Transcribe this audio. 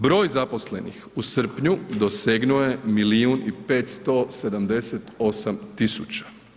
Broj zaposlenih u srpnju dosegnuo je milijun i 578 tisuća.